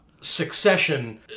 Succession